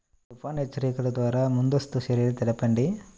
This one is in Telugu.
తుఫాను హెచ్చరికల ద్వార ముందస్తు చర్యలు తెలపండి?